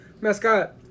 mascot